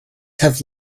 have